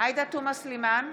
עאידה תומא סלימאן,